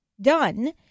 done